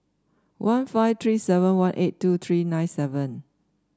one five three seven one eight two three nine seven